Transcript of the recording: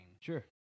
sure